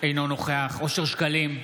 אינו נוכח אושר שקלים,